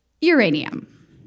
uranium